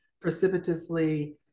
precipitously